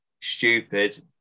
stupid